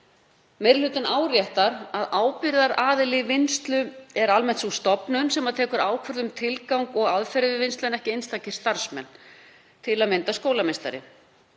Meiri hlutinn áréttar að ábyrgðaraðili vinnslu er almennt sú stofnun sem tekur ákvörðun um tilgang og aðferðir við vinnslu en ekki einstakir starfsmenn, til að mynda skólameistari.